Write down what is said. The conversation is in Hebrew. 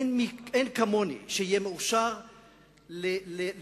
אין כמוני מי שיהיה מאושר לכתוב,